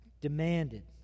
demanded